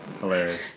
Hilarious